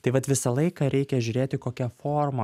tai vat visą laiką reikia žiūrėti kokia forma